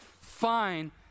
Fine